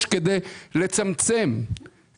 זה לא בסדר"; כנראה שאצטרך להעביר גם את